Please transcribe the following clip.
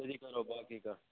تٔتی کرو باقٕے کَتھ